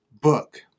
book